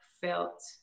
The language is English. felt